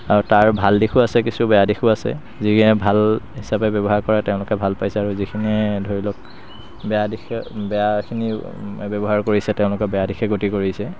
আৰু তাৰ ভাল দিশো আছে কিছু বেয়া দিশো আছে যিয়ে ভাল হিচাপে ব্যৱহাৰ কৰে তেওঁলোকে ভাল পাইছে আৰু যিখিনিয়ে ধৰিলওক বেয়া দিশে বেয়াখিনি ব্যৱহাৰ কৰিছে তেওঁলোকে বেয়া দিশে গতি কৰিছে